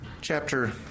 chapter